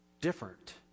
different